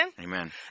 Amen